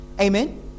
Amen